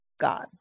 God